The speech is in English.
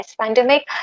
pandemic